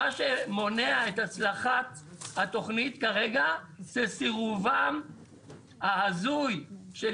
מה שמונע את הצלחת התוכנית כרגע זה סירובם ההזוי של